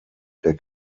der